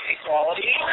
equality